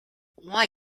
why